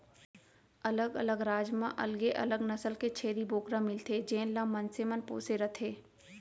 अलग अलग राज म अलगे अलग नसल के छेरी बोकरा मिलथे जेन ल मनसे मन पोसे रथें